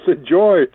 enjoy